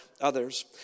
others